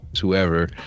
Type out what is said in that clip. whoever